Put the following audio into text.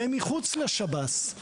ומחוץ לשב"ס.